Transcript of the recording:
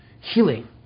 healing